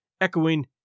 echoing